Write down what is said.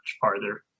farther